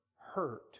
hurt